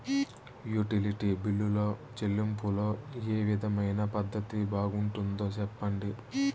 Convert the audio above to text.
Utility బిల్లులో చెల్లింపులో ఏ విధమైన పద్దతి బాగుంటుందో సెప్పండి?